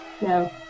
No